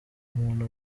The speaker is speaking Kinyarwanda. umuntu